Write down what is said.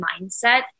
mindset